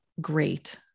great